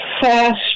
fast